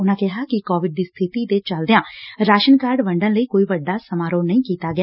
ਉਨੂਾ ਕਿਹਾ ਕਿ ਕੋਵਿਡ ਦੀ ਸਬਿਤੀ ਦੇ ਚਲਦਿਆ ਰਾਸਨ ਕਾਰਡ ਵੰਡਣ ਲਈ ਕੋਈ ਵੱਡਾ ਸਮਾਰੋਹ ਨਹੀ ਕੀਤਾ ਗਿਆ